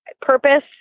purpose